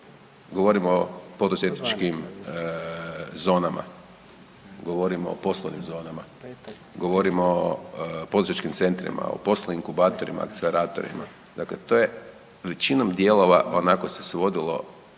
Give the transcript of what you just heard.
govorimo o poduzetničkim zonama, govorimo o poslovnim zonama, govorimo o poduzetničkim centrima, o poslovnim inkubatorima, akceleratorima dakle to je većinom dijelova onako se svodilo